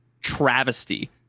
travesty